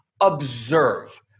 observe